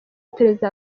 perezida